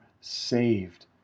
saved